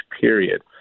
period